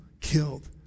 killed